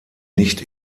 nicht